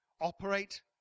operate